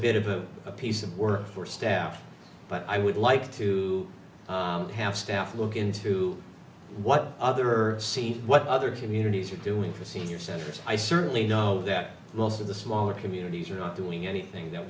bit of a piece of work for staff but i would like to have staff look into what other see what other communities are doing for senior centers i certainly know that most of the smaller communities are not doing anything that